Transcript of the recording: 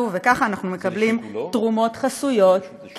וככה אנחנו מקבלים תרומות חסויות.